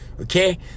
Okay